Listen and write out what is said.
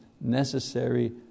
necessary